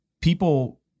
people